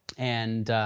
and